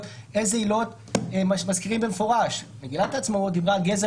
איזה עילות מזכירים במפורש מגילת העצמאות דיברה על גזע,